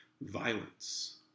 violence